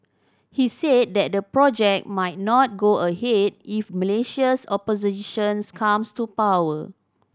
he said that the project might not go ahead if Malaysia's oppositions comes to power